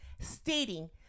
stating